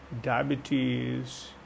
diabetes